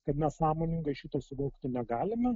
kad mes sąmoningai šito suvokti negalime